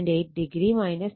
8o 240o